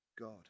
God